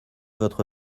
votre